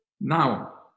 Now